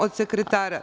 Od sekretara.